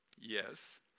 Yes